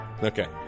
Okay